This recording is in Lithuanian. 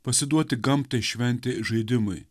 pasiduoti gamtai šventi žaidimai